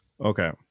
Okay